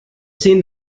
seen